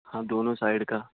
ہاں دونوں سائڈ کا